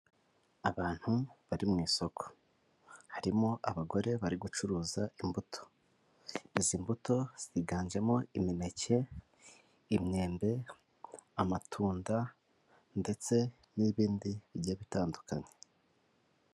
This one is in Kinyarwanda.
Abantu bari mu isoko harimo abagore bari gucuruza imbuto izi mbuto ziganjemo imineke, imyembe, amatunda ndetse n'ibindi bigiye bitandukanye.